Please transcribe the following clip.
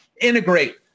integrate